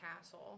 Castle